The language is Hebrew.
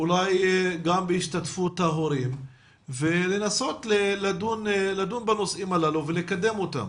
אולי גם בהשתתפות ההורים ולנסות לדון בנושאים ולקדם אותם.